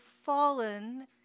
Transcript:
fallen